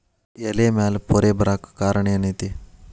ಎಲೆ ಮ್ಯಾಲ್ ಪೊರೆ ಬರಾಕ್ ಕಾರಣ ಏನು ಐತಿ?